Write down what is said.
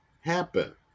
happen